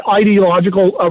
ideological